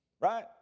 Right